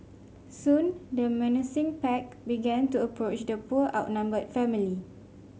soon the menacing pack began to approach the poor outnumbered family